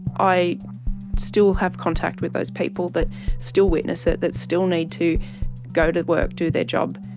i still have contact with those people that still witness it, that still need to go to work, do their job,